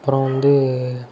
அப்புறம் வந்து